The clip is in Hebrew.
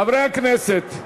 חברי הכנסת,